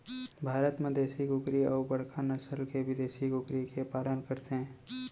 भारत म देसी कुकरी अउ बड़का नसल के बिदेसी कुकरी के पालन करथे